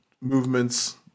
movements